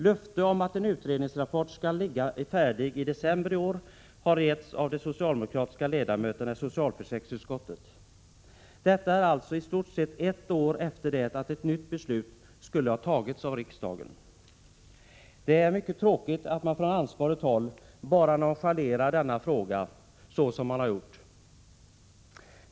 Löfte om att en utredningsrapport skall ligga färdig i december i år har getts av de socialdemokratiska ledamöterna i socialförsäkringsutskottet. Detta är alltså i stort sett ett år efter det att ett nytt beslut skulle ha tagits av riksdagen. Det är mycket tråkigt att man från ansvarigt håll bara nonchalerat denna fråga som man har gjort.